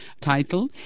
title